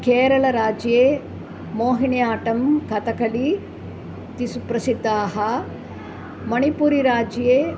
केरळराज्ये मोहिनियाट्टं कथक्कली इति सुप्रसिद्धाः मणिपुरिराज्ये